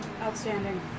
Outstanding